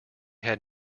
had